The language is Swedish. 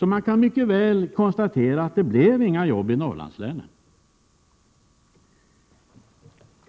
Man kan alltså mycket väl konstatera att det inte blev några jobb i Norrlandslänen.